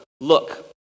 Look